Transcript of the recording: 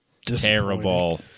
Terrible